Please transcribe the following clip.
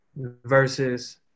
versus